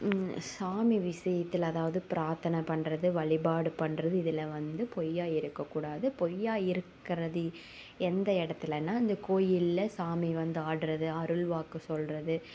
சாமி விசியத்தில் அதாவது பிரார்த்தனை பண்ணுறது வழிபாடு பண்ணுறது இதில் வந்து பொய்யாக இருக்கக்கூடாது பொய்யாக இருக்கிறது எந்த இடத்துலன்னா அந்த கோயிலில் சாமி வந்து ஆடுறது அருள்வாக்கு சொல்லுறது